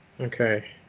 Okay